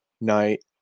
night